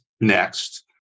next